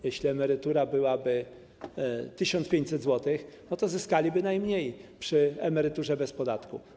Jeśli emerytura wynosiłaby 1500 zł, to ci zyskaliby najmniej przy emeryturze bez podatku.